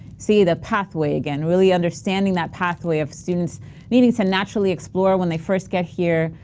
see the pathway again, really, understanding that pathway of students needing to naturally explore when they first get here,